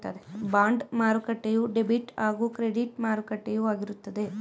bond ಮಾರುಕಟ್ಟೆಯು debit ಹಾಗೂ credit ಮಾರುಕಟ್ಟೆಯು ಆಗಿರುತ್ತದೆ